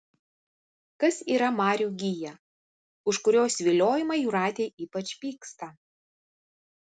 kas yra marių gija už kurios viliojimą jūratė ypač pyksta